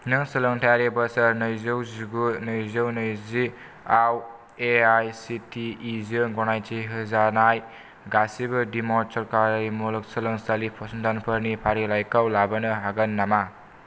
nurse सोलोंथायारि बोसोर नैजौ जिगु नैजौ नैजि आव एआइसिटिइ जों गनायथि होजानाय गासिबो दिम्ड सोरखारि मुलुगसोलोंसालि फसंथानफोरनि फारिलाइखौ लाबोनो हागोन नामा